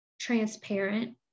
transparent